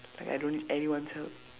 like I don't need anyone's help